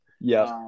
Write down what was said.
Yes